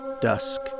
dusk